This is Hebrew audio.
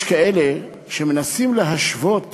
יש כאלה שמנסים להשוות